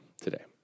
today